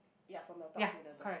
ya from the top to the bottom